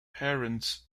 parents